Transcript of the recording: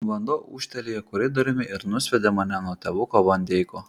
vanduo ūžtelėjo koridoriumi ir nusviedė mane nuo tėvuko van deiko